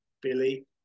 Billy